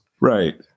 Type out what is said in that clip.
Right